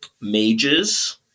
mages